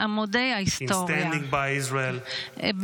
In standing by Israel,